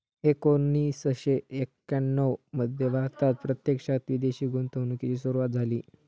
एकोणीसशे एक्याण्णव मध्ये भारतात प्रत्यक्षात विदेशी गुंतवणूकीची सुरूवात झाली